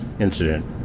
incident